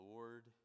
Lord